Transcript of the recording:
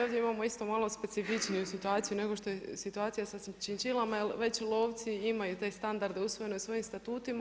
Ovdje imamo isto malo specifičniju situaciju nego što je situacija sa činčilama, jer već lovci imaju te standarde usvojene u svojim statutima.